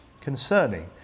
concerning